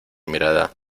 mirada